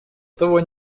того